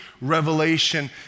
revelation